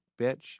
bitch—